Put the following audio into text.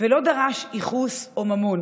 ולא דרש ייחוס או ממון